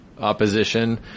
Opposition